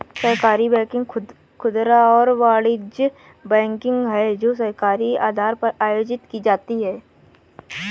सहकारी बैंकिंग खुदरा और वाणिज्यिक बैंकिंग है जो सहकारी आधार पर आयोजित की जाती है